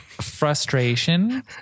frustration